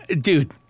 dude